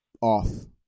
off